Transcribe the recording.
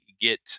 get